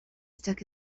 stuck